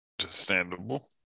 understandable